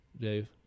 Dave